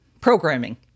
programming